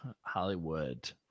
Hollywood